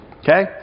Okay